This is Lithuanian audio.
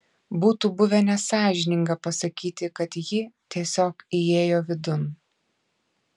būtų buvę nesąžininga pasakyti kad ji tiesiog įėjo vidun